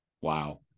Wow